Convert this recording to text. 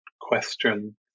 question